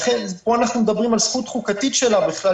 פה אנחנו מדברים על זכות חוקתית שלה בכלל